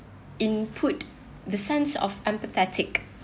input the sense of empathetic